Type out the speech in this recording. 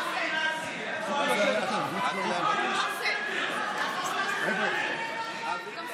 זאת